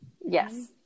yes